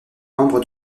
membre